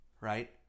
right